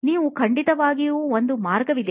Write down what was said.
ಅದು ಖಂಡಿತವಾಗಿಯೂ ಒಂದು ಮಾರ್ಗವಾಗಿದೆ